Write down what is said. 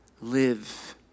Live